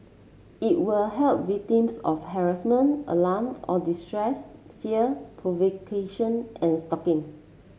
it will help victims of harassment alarm or distress fear provocation and stalking